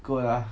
good ah